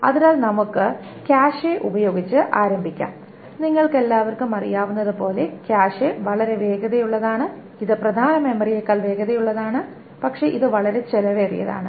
അതിനാൽ നമുക്ക് കാഷെ ഉപയോഗിച്ച് ആരംഭിക്കാം നിങ്ങൾക്കെല്ലാവർക്കും അറിയാവുന്നതുപോലെ കാഷെ വളരെ വേഗതയുള്ളതാണ് ഇത് പ്രധാന മെമ്മറിയേക്കാൾ വേഗതയുള്ളതാണ് പക്ഷേ ഇത് വളരെ ചെലവേറിയതാണ്